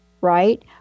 right